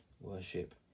worship